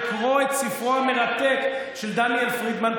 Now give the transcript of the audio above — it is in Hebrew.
לקרוא את ספרו המרתק של דניאל פרידמן,